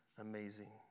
amazing